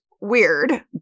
weird